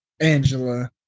Angela